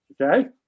okay